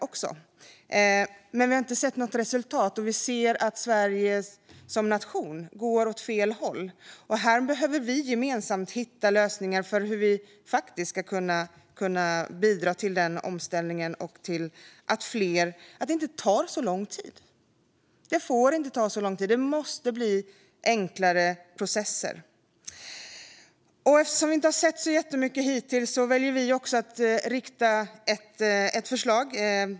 Vi har dock inte sett något resultat, och vi ser att Sverige som nation går åt fel håll. Här behöver vi gemensamt hitta lösningar för hur vi ska kunna bidra till omställningen och till att det inte tar så lång tid. Det får inte ta så lång tid; det måste bli enklare processer. Eftersom vi inte har sett så jättemycket hittills väljer vi att rikta ett förslag.